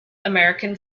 american